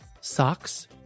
Socks